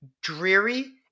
dreary